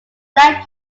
black